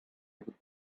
with